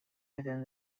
within